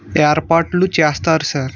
ఏర్పాట్లు చేస్తారు సార్